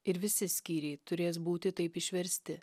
ir visi skyriai turės būti taip išversti